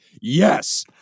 yes